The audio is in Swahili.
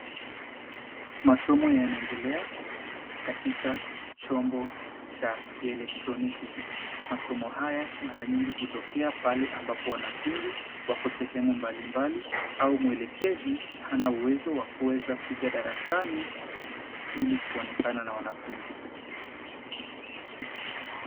Masomo yanaendelea katika chombo cha kielektroniki. Masomo haya mara nyingi hutokea pale ambapo wanafunzi wako sehemu mbalimbali au mwelekezi hana uwezo wa kuweza kuja darasani ili kuonekana na wanafunzi.